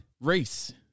race